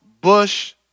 Bush